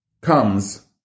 Comes